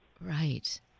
Right